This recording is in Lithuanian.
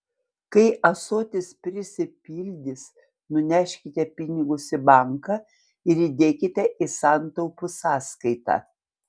kai ąsotis prisipildys nuneškite pinigus į banką ir įdėkite į santaupų sąskaitą